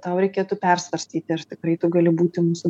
tau reikėtų persvarstyti ar tikrai tu gali būti mūsų